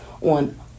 on